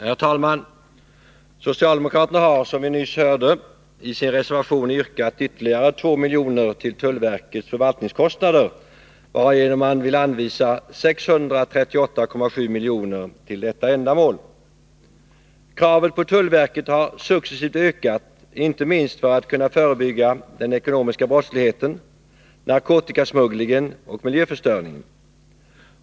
Herr talman! Socialdemokraterna har, som vi nyss hörde, i sin reservation yrkat ytterligare 2 milj.kr. till tullverkets förvaltningskontor, varigenom man vill anvisa 638,7 milj.kr. till detta ändamål. Kravet på tullverket har successivt ökat, inte minst för att det skall kunna förebygga den ekonomiska brottsligheten, narkotikasmugglingen och miljöförstöringen.